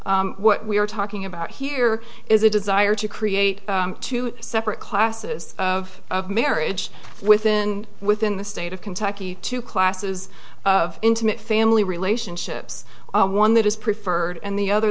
what we are talking about here is a desire to create two separate classes of marriage within within the state of kentucky two classes of intimate family relationships one that is preferred and the other